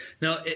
Now